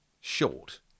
short